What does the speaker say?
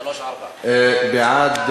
בעד,